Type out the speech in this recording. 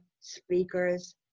speakers